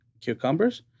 cucumbers